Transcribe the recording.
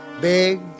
Big